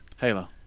Halo